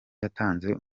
yatanze